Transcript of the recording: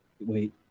Wait